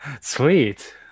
Sweet